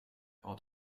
out